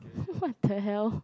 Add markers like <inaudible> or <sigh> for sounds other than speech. <laughs> what the hell